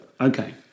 Okay